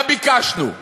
מה ביקשנו?